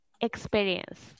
experience